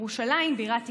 ירושלים בירת ישראל,